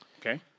Okay